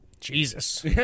Jesus